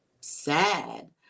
sad